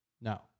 No